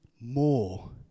more